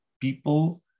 people